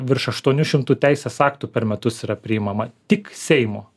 virš aštuonių šimtų teisės aktų per metus yra priimama tik seimo